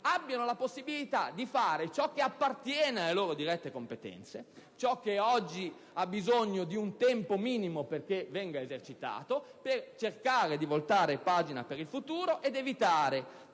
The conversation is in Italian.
abbiano la possibilità di fare ciò che appartiene alle loro dirette competenze, ciò che oggi ha bisogno di un tempo minimo perché venga esercitato. Questo, per cercare di voltare pagina per il futuro ed evitare